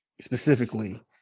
specifically